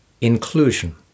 inclusion